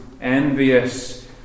envious